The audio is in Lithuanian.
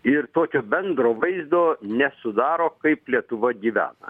ir tokio bendro vaizdo nesudaro kaip lietuva gyvena